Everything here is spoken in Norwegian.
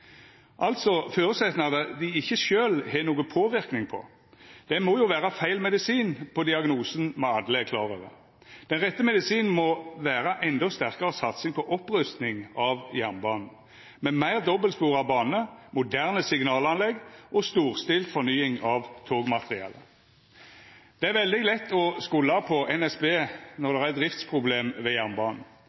altså føresetnader dei sjølve ikkje har nokon påverknad på. Det må jo vera feil medisin på diagnosen me alle er klar over. Den rette medisinen må vera endå sterkare satsing på opprusting av jernbanen, med meir dobbeltspora bane, moderne signalanlegg og storstilt fornying av togmateriellet. Det er veldig lett å skulda på NSB når det er driftsproblem ved jernbanen,